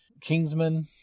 Kingsman